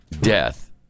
death